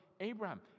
abraham